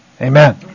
amen